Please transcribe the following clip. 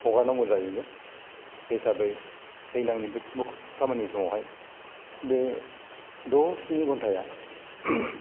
हगारनांगौ जायो बे हिसाबै दैज्लांनि जिकुनु खामानि समावहाय बे द' स्नि घन्टाया